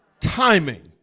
Timing